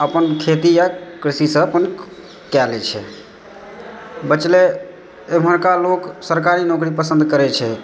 अपन खेती या कृषिसँ अपन कए लय छै बचलै इमहरका लोक सरकारी नौकरी पसन्द करैत छै